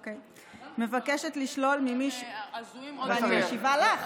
אוקיי; אני משיבה לך,